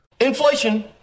Inflation